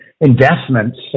investments